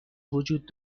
وجود